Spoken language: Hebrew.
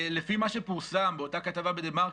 לפי מה שפורסם באותה כתבה בדה מרקר,